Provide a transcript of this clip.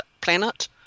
planet